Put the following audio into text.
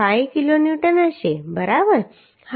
5 kilonewton હશે બરાબર